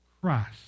Christ